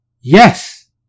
yes